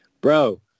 bro